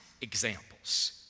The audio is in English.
examples